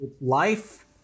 life